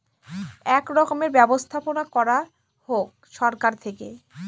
এক রকমের ব্যবস্থাপনা করা হোক সরকার থেকে